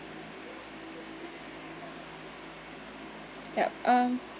yup um